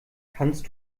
kannst